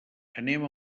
anem